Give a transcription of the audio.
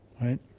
right